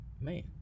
man